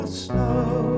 snow